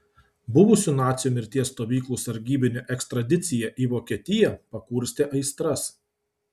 buvusio nacių mirties stovyklų sargybinio ekstradicija į vokietiją pakurstė aistras